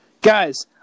guys